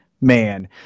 man